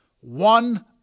one